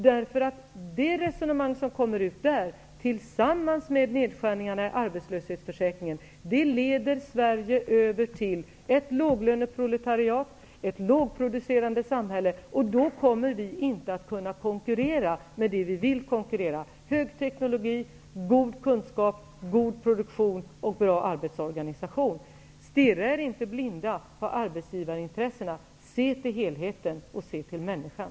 Det resonemang som kommer fram där, tillsammans med nedskärningarna i arbetslöshetsförsäkringen, leder ju Sverige över till ett låglöneproletariat, ett lågproducerande samhälle. Och då kommer vi inte att kunna konkurrera med det som vi vill konkurrera med: högteknologi, god kunskap, god produktion och bra arbetsorganisation. Stirra er inte blinda på arbetsgivarintressena. Se till helheten, och se till människan.